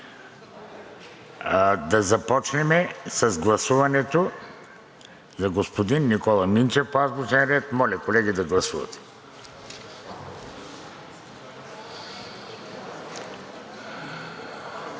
да започнем с гласуването на господин Никола Минчев – по азбучен ред. Моля, колеги, да гласуваме.